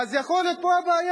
אז יכול להיות שפה הבעיה,